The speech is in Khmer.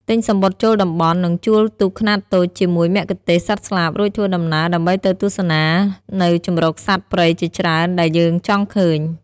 ទិញសំបុត្រចូលតំបន់ និងជួលទូកខ្នាតតូចជាមួយមគ្គុទេសក៍សត្វស្លាបរួចធ្វើដំណើរដើម្បីទៅទស្សនានៅជម្រកសត្វព្រៃជាច្រើនដែលយើងចង់ឃើញ។